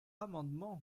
amendement